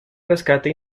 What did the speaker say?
rescate